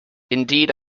indeed